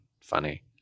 funny